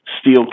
steel